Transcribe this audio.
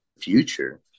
future